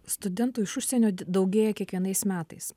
studentų iš užsienio daugėja kiekvienais metais